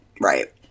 Right